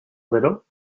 little